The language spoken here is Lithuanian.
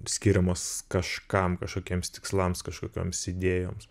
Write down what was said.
skiriamos kažkam kažkokiems tikslams kažkokioms idėjoms